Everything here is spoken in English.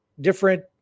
different